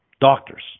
doctors